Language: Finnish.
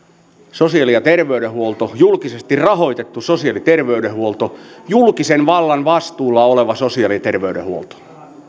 sosiaali ja terveydenhuolto julkisesti rahoitettu sosiaali ja terveydenhuolto julkisen vallan vastuulla oleva sosiaali ja terveydenhuolto